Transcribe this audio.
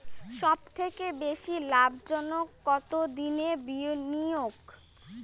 সবথেকে বেশি লাভজনক কতদিনের বিনিয়োগ?